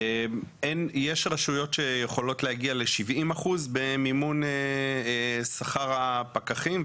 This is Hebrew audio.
יש רשויות שיכולות להגיע ל-70% במימון שכר הפקחים,